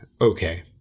Okay